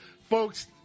Folks